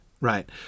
right